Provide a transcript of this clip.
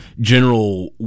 general